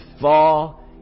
fall